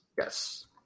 Yes